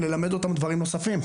ללמד אותנו דברים נוספים.